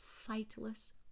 sightless